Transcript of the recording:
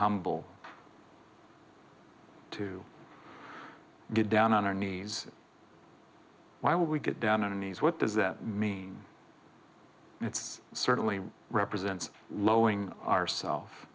humble to get down on our knees while we get down on knees what does that mean it's certainly represents lowing ourself